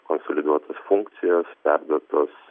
konsoliduotos funkcijos perduotos